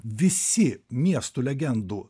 visi miestų legendų